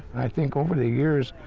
i think, over the years,